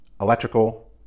electrical